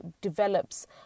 develops